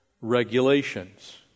Regulations